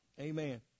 Amen